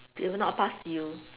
they will not pass to you